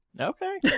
okay